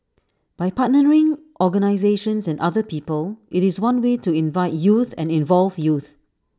by partnering organisations and other people IT is one way to invite youth and involve youth